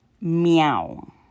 meow